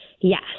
Yes